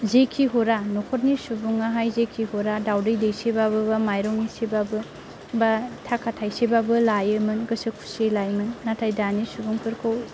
जिखि हरा न'खरनि सुबुङाहाय जिखि हरा दाउदै दैसेबाबो बा माइरं इसेबाबो एबा थाखा थाइसेबाबो लायोमोन गोसो खुसियै लायोमोन नाथाय दानि सुबुंफोरखौ